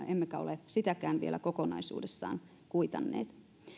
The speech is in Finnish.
emmekä ole sitäkään vielä kokonaisuudessaan kuitanneet